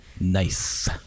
Nice